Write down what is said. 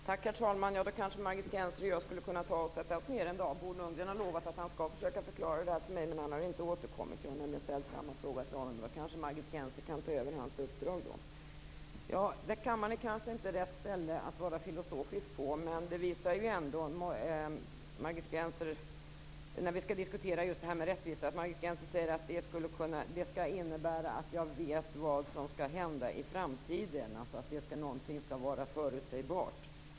Herr talman! Margit Gennser och jag kanske skulle kunna sätta oss tillsammans någon dag. Bo Lundgren har lovat att han skall försöka förklara detta för mig, men han har inte återkommit. Jag har nämligen ställt samma fråga till honom. Då kanske Margit Gennser kan ta över hans uppdrag. Kammaren är kanske inte rätt ställe att vara filosofisk i. Vi diskuterar just frågan om rättvisa. Margit Gennser säger att rättvisa skall innebära att jag skall veta vad som skall hända i framtiden. Någonting skall vara förutsägbart.